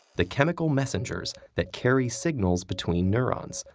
the chemical messengers that carry signals between neurons,